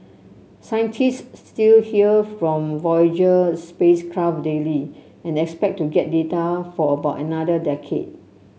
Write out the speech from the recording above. scientist still hear from Voyager spacecraft daily and expect to get data for about another decade